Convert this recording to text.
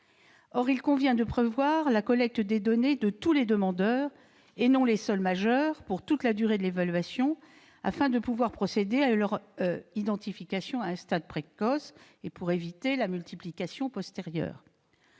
Or il convient de promouvoir la collecte des données de tous les demandeurs, et non celles des seuls majeurs, pour toute la durée de l'évaluation, afin de pouvoir procéder à leur identification à un stade précoce et d'éviter la multiplication postérieure